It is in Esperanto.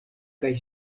kaj